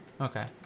Okay